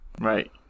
Right